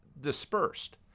dispersed